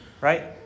Right